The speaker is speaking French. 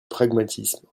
pragmatisme